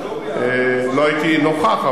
לא הייתי נוכח,